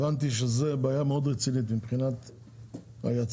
הבנתי שזו בעיה רצינית מאוד מבחינת היצרנים.